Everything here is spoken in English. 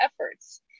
efforts